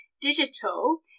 digital